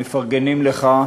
מפרגנים לך.